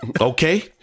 okay